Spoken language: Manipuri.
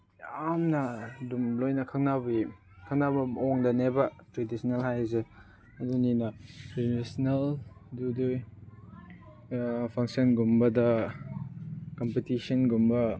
ꯌꯥꯝꯅ ꯑꯗꯨꯝ ꯂꯣꯏꯅ ꯈꯪꯅꯕꯤ ꯈꯪꯅꯕ ꯃꯑꯣꯡꯗꯅꯦꯕ ꯇ꯭ꯔꯦꯗꯤꯁꯅꯦꯜ ꯍꯥꯏꯔꯤꯁꯦ ꯑꯗꯨꯅꯤꯅ ꯇ꯭ꯔꯦꯗꯤꯁꯅꯦꯜ ꯑꯗꯨꯗꯒꯤ ꯐꯪꯁꯟꯒꯨꯝꯕꯗ ꯀꯝꯄꯤꯇꯤꯁꯟꯒꯨꯝꯕ